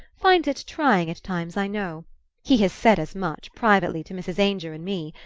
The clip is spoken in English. finds it trying at times, i know he has said as much, privately, to mrs. ainger and me.